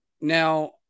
Now